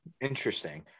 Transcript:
Interesting